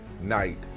night